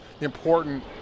important